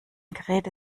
geräte